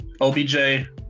OBJ